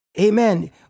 amen